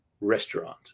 restaurant